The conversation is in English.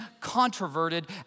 controverted